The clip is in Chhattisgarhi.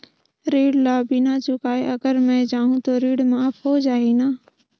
ऋण ला बिना चुकाय अगर मै जाहूं तो ऋण माफ हो जाही न?